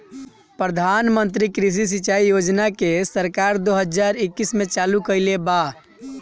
प्रधानमंत्री कृषि सिंचाई योजना के सरकार दो हज़ार इक्कीस में चालु कईले बा